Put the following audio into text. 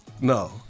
No